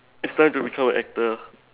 it's time to become an actor